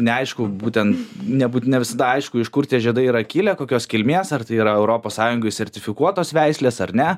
neaišku būtent nebūtinai visada aišku iš kur tie žiedai yra kilę kokios kilmės ar tai yra europos sąjungoj sertifikuotos veislės ar ne